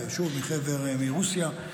ושוב מרוסיה.